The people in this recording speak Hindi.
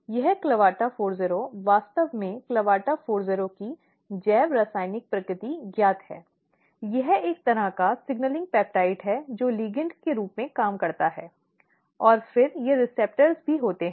यह CLAVATA40 वास्तव में CLAVATA40 की जैव रासायनिक प्रकृति ज्ञात है यह एक तरह का सिग्नलिंग पेप्टाइड है जो लिगैंड के रूप में काम करता है और फिर ये रिसेप्टर्स होते हैं